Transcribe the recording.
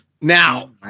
Now